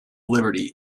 liberty